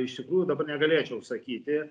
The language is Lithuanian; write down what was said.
iš tikrųjų dabar negalėčiau sakyti